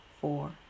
four